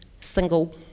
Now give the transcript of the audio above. single